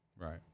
right